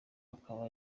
akaba